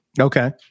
Okay